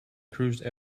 cruised